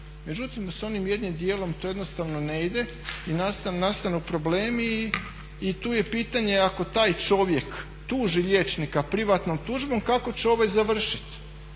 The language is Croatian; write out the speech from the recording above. Međutim, s onim jednim dijelom to jednostavno ne ide i nastanu problemi i tu je pitanje ako taj čovjek tuži liječnika privatnom tužbom kako će ovaj završiti.